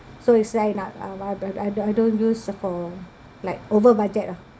so it's like now I I I don't use for like over budget ah